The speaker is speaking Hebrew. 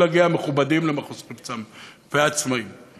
להגיע מכובדים ועצמאים למחוז חפצם.